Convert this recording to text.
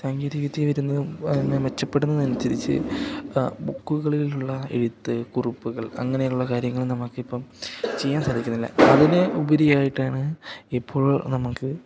സാങ്കേതികവിദ്യ വരുന്നു മെച്ചപ്പെടുന്നനുസരിച്ച് ബുക്കുകളിലുള്ള എഴുത്ത് കുറിപ്പുകൾ അങ്ങനെയുള്ള കാര്യങ്ങൾ നമുക്കിപ്പം ചെയ്യാൻ സാധിക്കുന്നില്ല അതിന് ഉപരിയായിട്ടാണ് ഇപ്പോൾ നമുക്ക്